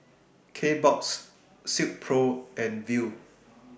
Kbox Silkpro and Viu